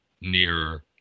nearer